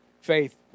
faith